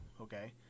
okay